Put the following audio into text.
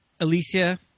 Alicia